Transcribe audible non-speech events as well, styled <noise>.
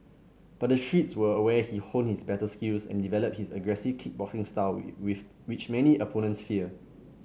but the streets were where he honed his battle skills and developed his aggressive kickboxing style <unintelligible> with which many opponents fear